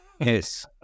Yes